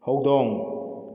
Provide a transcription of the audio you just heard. ꯍꯧꯗꯣꯡ